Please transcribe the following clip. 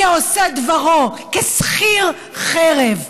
כעושה דברו, כשכיר חרב,